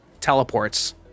teleports